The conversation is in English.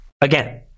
Again